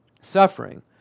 suffering